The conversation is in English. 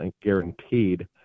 guaranteed